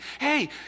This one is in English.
hey